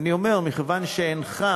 אני אומר: מכיוון שאינך,